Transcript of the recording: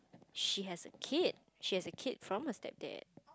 she has a kid she has a kid from her stepdad